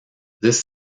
this